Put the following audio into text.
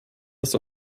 das